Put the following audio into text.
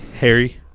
Harry